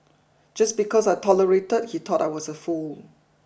just because I tolerated he thought I was a fool